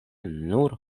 nur